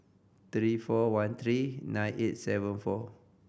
three four one three nine eight seven four